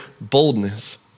boldness